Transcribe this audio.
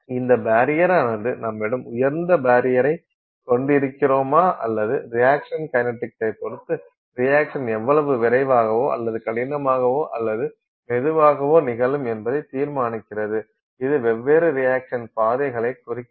இந்த பரியரானது நம்மிடம் உயர்ந்த பரியரைக் கொண்டிருக்கிறமோ அல்லது ரியாக்சன் கைனடிக்ஸ் பொறுத்து ரியாக்சன் எவ்வளவு விரைவாகவோ அல்லது கடினமாகவோ அல்லது மெதுவாகவோ நிகழும் என்பதை தீர்மானிக்கிறது இது வெவ்வேறு ரியாக்சன் பாதைகளை குறிக்கிறது